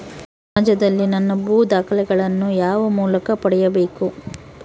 ಸಮಾಜದಲ್ಲಿ ನನ್ನ ಭೂ ದಾಖಲೆಗಳನ್ನು ಯಾವ ಮೂಲಕ ಪಡೆಯಬೇಕು?